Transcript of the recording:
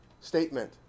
statement